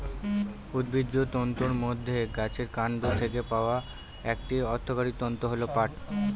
উদ্ভিজ্জ তন্তুর মধ্যে গাছের কান্ড থেকে পাওয়া একটি অর্থকরী তন্তু হল পাট